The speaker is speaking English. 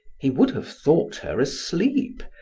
he would have thought her asleep,